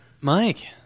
Mike